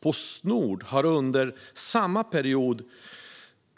Postnord har under samma period